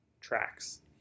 tracks